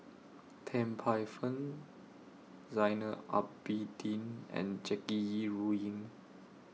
Tan Paey Fern Zainal Abidin and Jackie Yi Ru Ying